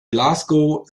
glasgow